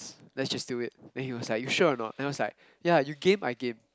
let's just do it and he was like you sure or not and I was like yeah you game I game